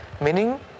Meaning